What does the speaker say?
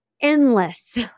endless